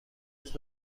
its